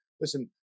listen